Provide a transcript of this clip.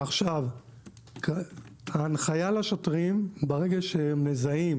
ההנחיה לשוטרים, ברגע שמזהים